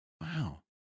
Wow